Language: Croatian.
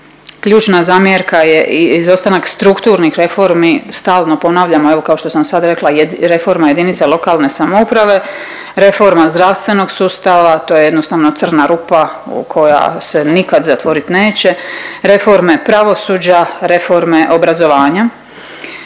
ključna zamjerka je i izostanak strukturnih reformi. Stalno ponavljamo evo kao što sam i sad rekla reforma jedinica lokalne samouprave, reforma zdravstvenog sustava to je jednostavno crna rupa koja se nikad zatvorit neće, reforme pravosuđa, reforme obrazovanja.